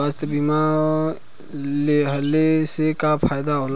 स्वास्थ्य बीमा लेहले से का फायदा होला?